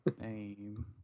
Name